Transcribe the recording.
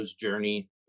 journey